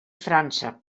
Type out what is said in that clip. frança